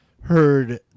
heard